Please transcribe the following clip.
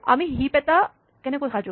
আমি হিপ এটা কেনেকৈ সাজো